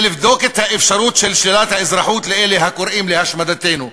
לבדוק את האפשרות של שלילת האזרחות לאלה הקוראים להשמדתנו.